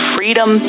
Freedom